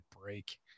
break